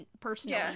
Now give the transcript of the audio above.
personally